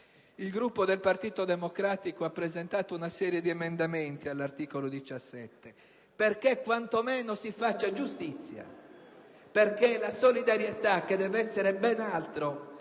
Il Gruppo del Partito Democratico ha presentato una serie di emendamenti all'articolo 17, perché quantomeno si faccia giustizia; perché la solidarietà, che deve essere ben altro